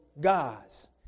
gods